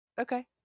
Okay